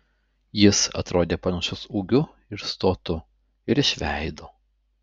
jis atrodė panašus ūgiu ir stotu ir iš veido